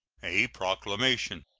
a proclamation.